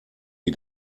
die